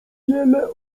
wiele